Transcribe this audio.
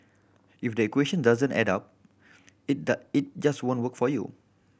if the equation doesn't add up it just won't work for you